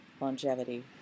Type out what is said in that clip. longevity